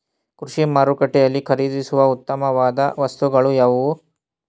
ಕೃಷಿ ಮಾರುಕಟ್ಟೆಯಲ್ಲಿ ಖರೀದಿಸುವ ಉತ್ತಮವಾದ ವಸ್ತುಗಳು ಯಾವುವು?